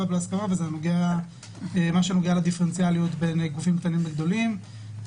להסכמה מה שנוגע לדיפרנציאליות בין גופים קטנים וגדולים.